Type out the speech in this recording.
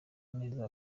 neza